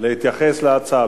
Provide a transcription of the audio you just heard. להתייחס להצעה.